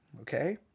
Okay